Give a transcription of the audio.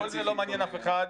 כל זה לא מעניין אף אחד.